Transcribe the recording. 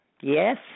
Yes